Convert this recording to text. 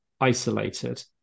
isolated